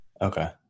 Okay